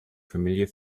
familiar